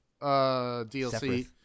DLC